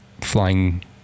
flying